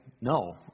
no